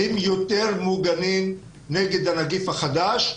הם יותר מוגנים נגד הנגיף החדש.